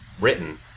written